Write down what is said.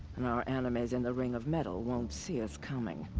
and our enemies in the ring of metal won't see us coming.